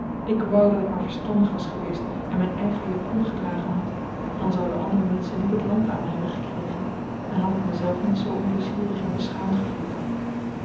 ik wou dat ik maar verstandig was geweest en mijn eigen japon gedragen had dan zouden andere menschen niet t land aan me hebben gekregen en had ik mezelf niet zoo onplezierig en beschaamd gevoeld